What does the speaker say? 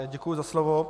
Děkuji za slovo.